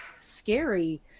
scary